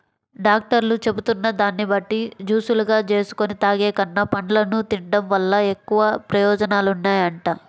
డాక్టర్లు చెబుతున్న దాన్ని బట్టి జూసులుగా జేసుకొని తాగేకన్నా, పండ్లను తిన్డం వల్ల ఎక్కువ ప్రయోజనాలుంటాయంట